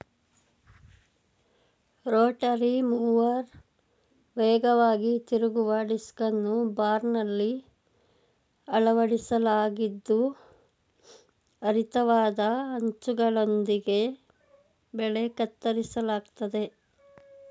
Rotary mower ವೇಗವಾಗಿ ತಿರುಗುವ ಡಿಸ್ಕನ್ನು ಬಾರ್ನಲ್ಲಿ ಅಳವಡಿಸಲಾಗಿದ್ದು ಹರಿತವಾದ ಅಂಚುಗಳೊಂದಿಗೆ ಬೆಳೆ ಕತ್ತರಿಸಲಾಗ್ತದೆ